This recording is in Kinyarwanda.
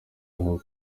aho